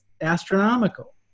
astronomical